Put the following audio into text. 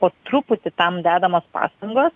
po truputį tam dedamos pastangos